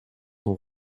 son